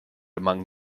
among